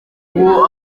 ubu